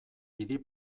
idi